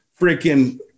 freaking